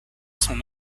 son